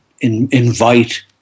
invite